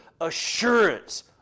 assurance